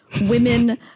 women